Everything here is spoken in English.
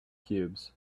cubes